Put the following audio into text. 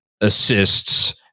assists